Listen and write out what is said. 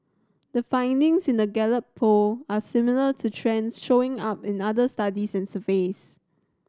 the findings in the Gallup Poll are similar to trends showing up in other studies and surveys